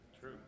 True